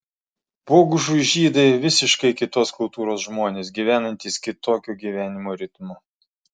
bogušui žydai visiškai kitos kultūros žmonės gyvenantys kitokiu gyvenimo ritmu